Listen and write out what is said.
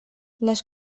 les